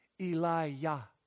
Elijah